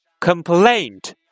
complaint